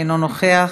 אינו נוכח,